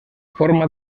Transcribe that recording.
forma